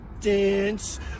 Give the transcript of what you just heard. dance